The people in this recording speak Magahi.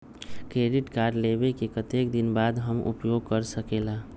क्रेडिट कार्ड लेबे के कतेक दिन बाद हम उपयोग कर सकेला?